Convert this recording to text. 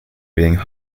being